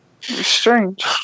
Strange